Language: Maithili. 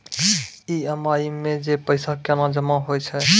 ई.एम.आई मे जे पैसा केना जमा होय छै?